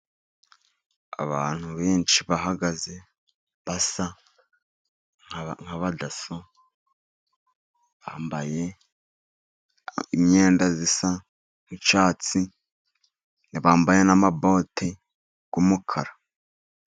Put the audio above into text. Abantu benshi bahagaze basa nk'abadaso, bambaye imyenda isa nk'icyatsi, bambaye n'amabote y'umukara.